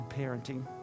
parenting